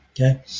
Okay